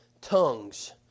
tongues